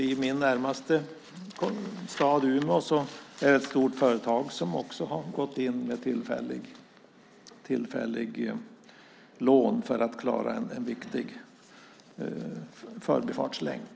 I min närmaste stad, Umeå, har ett stort företag gått in med tillfälliga lån för att man ska klara en viktig förbifartslänk.